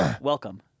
Welcome